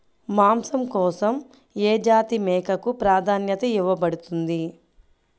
మాంసం కోసం ఏ జాతి మేకకు ప్రాధాన్యత ఇవ్వబడుతుంది?